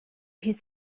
his